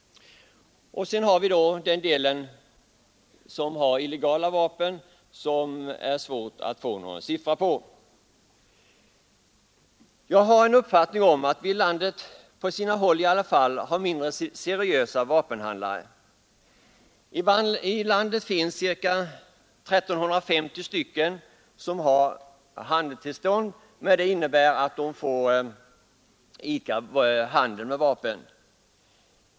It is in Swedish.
Till detta kommer ett antal illegala vapen som det är svårt att få någon sifferuppgift om. Jag har uppfattningen att det på sina håll i landet finns mindre seriösa vapenhandlare. Ca 1 350 personer har tillstånd att idka handel med vapen.